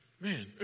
man